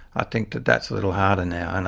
i think that that's a little harder now. and